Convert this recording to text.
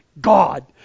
God